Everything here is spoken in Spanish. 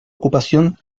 ocupación